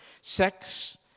Sex